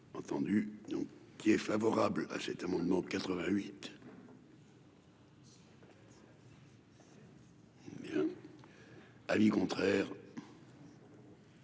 Entendu donc qui est favorable à cet amendement 88. Avis contraire.